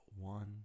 One